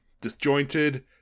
disjointed